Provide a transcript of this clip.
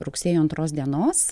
rugsėjo antros dienos